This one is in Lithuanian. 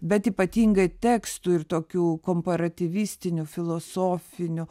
bet ypatingai tekstų ir tokių komparatyvistinių filosofinių